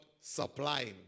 supplying